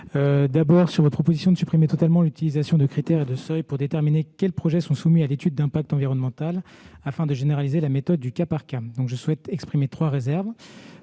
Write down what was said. répondre à votre proposition de supprimer totalement l'utilisation de critères et de seuils pour déterminer quels projets sont soumis à étude d'impact environnementale, afin de généraliser la méthode du cas par cas. À cet égard, je souhaite exprimer trois réserves.